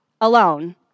alone